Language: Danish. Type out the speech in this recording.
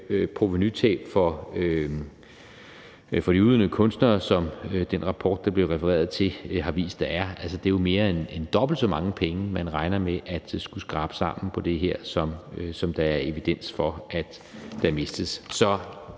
provenutab for de udøvende kunstnere, som den rapport, der bliver refereret til, har vist der er. Det er jo mere end dobbelt så mange penge, man regner med at skulle skrabe sammen på det her, som der er evidens for der mistes.